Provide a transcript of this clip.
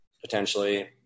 potentially